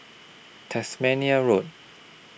Tasmania Road